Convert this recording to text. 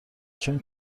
چون